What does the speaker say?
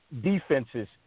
defenses